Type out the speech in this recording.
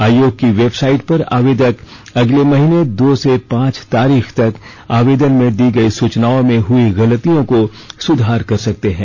आयोग की वेबसाइट पर आवेदक अगले महीने दो से पांच तारीख तक आवेदन में दी गई सूचनाओं में हई गलतियों को सुधार सकते हैं